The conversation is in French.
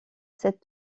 cette